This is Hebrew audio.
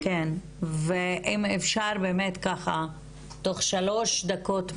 אם אפשר 3 דקות מקסימום.